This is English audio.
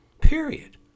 period